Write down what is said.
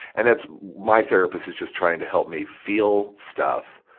and it's, my therapist is just trying to help me feel stuff,